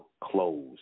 close